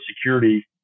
security